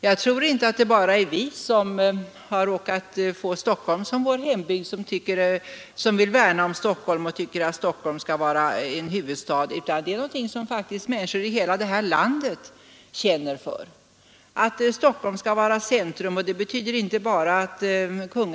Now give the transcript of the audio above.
Jag tror inte att det bara är vi som råkat få Stockholm som vår hembygd som vill värna om Stockholm, utan det är någonting som folk i hela landet känner för. Stockholm skall vara vår huvudstad och vårt centrum.